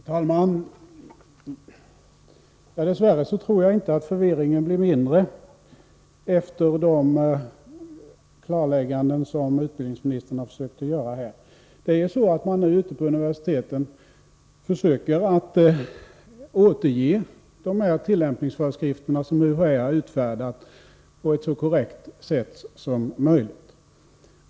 Herr talman! Dess värre tror jag inte att förvirringen blir mindre genom de klarlägganden som utbildningsministern har försökt göra här. Ute på universiteten försöker man nu återge de tillämpningsföreskrifter som UHÄ har utfärdat på ett så korrekt sätt som möjligt.